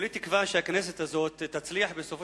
כולי תקווה שהכנסת הזאת תצליח בסופו